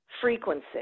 frequency